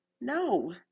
No